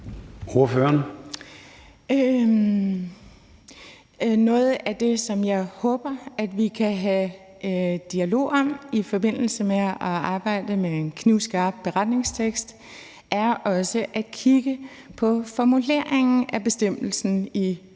Noget af det, som jeg håber vi kan have dialog om i forbindelse med at arbejde med en knivskarp beretningstekst, er også at kigge på formuleringen af bestemmelsen i